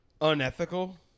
unethical